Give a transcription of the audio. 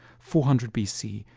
four hundred bc,